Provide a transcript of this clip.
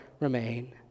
remain